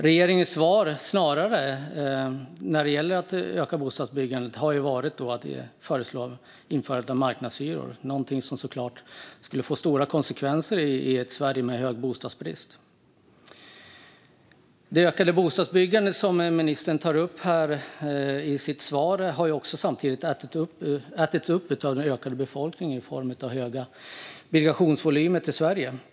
Regeringens svar när det gäller att öka bostadsbyggandet har snarare varit att föreslå införandet av marknadshyror, något som såklart skulle få stora konsekvenser i ett Sverige med stor bostadsbrist. Det ökade bostadsbyggandet, som ministern tar upp i sitt svar, har samtidigt ätits upp av den ökade befolkningen genom höga migrationsvolymer till Sverige.